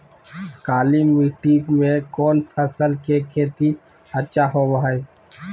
काली मिट्टी में कौन फसल के खेती अच्छा होबो है?